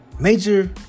major